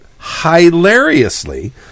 hilariously